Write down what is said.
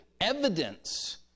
evidence